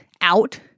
out